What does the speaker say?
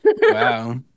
wow